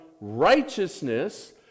righteousness